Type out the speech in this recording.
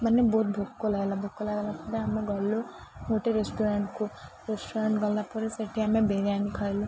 ମାନେ ବହୁତ ଭୋକ ଲାଗଲା ଭୋକ ଲାଗଲା ପରେ ଆମେ ଗଲୁ ଗୋଟେ ରେଷ୍ଟୁରାଣ୍ଟକୁ ରେଷ୍ଟୁରାଣ୍ଟ ଗଲା ପରେ ସେଠି ଆମେ ବିରିୟାନୀ ଖାଇଲୁ